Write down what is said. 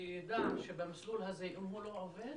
שידע שאם המסלול הזה לא עובד,